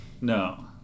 No